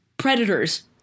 predators